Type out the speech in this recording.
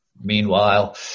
Meanwhile